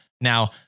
Now